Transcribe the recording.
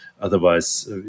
Otherwise